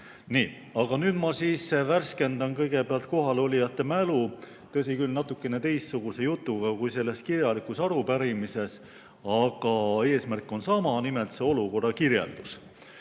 Aga nüüd ma värskendan kõigepealt kohalolijate mälu, tõsi küll, natukene teistsuguse jutuga kui selles kirjalikus arupärimises, aga eesmärk on sama: nimelt selle olukorra kirjeldus.